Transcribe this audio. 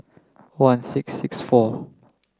one six six four